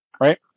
right